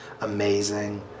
amazing